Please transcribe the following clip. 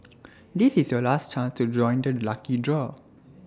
this is your last chance to join the lucky draw